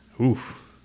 oof